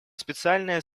специальная